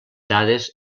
dades